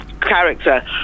character